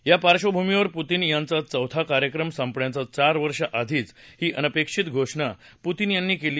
या पार्श्वभूमीवर पुतीन यांचा चौथा कार्यक्रम संपण्याच्या चार वर्ष आधीच ही अनपेक्षित घोषणा पुतीन यांनी केली